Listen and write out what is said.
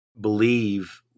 believe